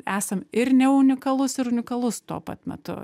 esam ir ne unikalus ir unikalus tuo pat metu